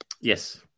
Yes